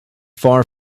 far